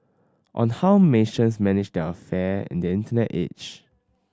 on how nations manage its affair in the Internet age